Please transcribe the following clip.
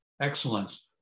excellence